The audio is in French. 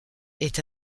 est